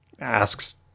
asks